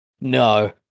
no